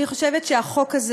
אני חושבת שהחוק הזה